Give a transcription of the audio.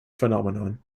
phenomenon